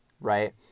right